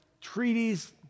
treaties